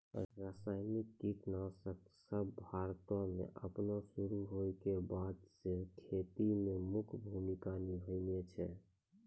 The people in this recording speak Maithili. रसायनिक कीटनाशक सभ भारतो मे अपनो शुरू होय के बादे से खेती मे प्रमुख भूमिका निभैने छै